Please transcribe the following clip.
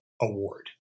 Award